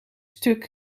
stuk